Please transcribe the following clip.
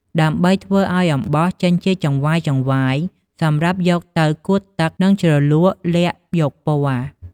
ដើម្បីធ្វើឲ្យអំបោះចេញជាចង្វាយៗសម្រាប់យកទៅកួតទឹកនិងជ្រលក់ល័ក្តយកពណ៏។